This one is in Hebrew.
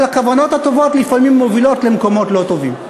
אבל הכוונות הטובות לפעמים מובילות למקומות לא טובים.